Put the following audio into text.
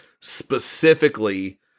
specifically